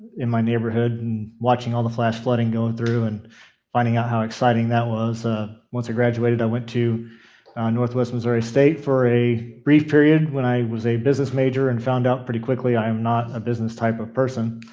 my neighborhood and watching all the flash flooding going through and finding out how exciting that was. ah once i graduated, i went to northwest missouri state for a brief period when i was a business major and found out pretty quickly i am not a business type of person,